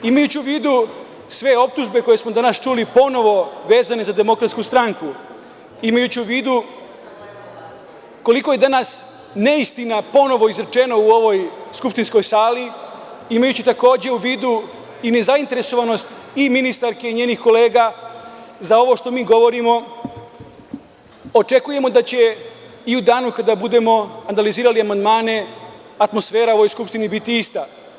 Imajući u vidu sve optužbe koje smo danas čuli ponovo, a vezane za DS, imajući u vidu koliko je danas neistina ponovo izrečeno u ovoj skupštinskoj sali, imajući u vidu i nezainteresovanost ministarke i njenih kolega za ovo što mi govorimo, očekujemo da će i u danu kada budemo analizirali amandmane atmosfera u ovoj Skupštini biti ista.